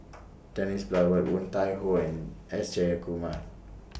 Dennis Bloodworth Woon Tai Ho and S Jayakumar